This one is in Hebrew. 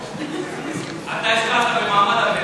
אתה השקעת במעמד הביניים?